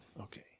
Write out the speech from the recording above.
Okay